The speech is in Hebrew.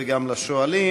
וגם לשואלים.